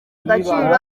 agaciro